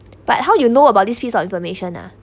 but how you know about this piece of information ah